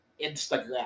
Instagram